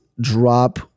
drop